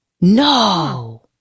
No